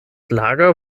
lager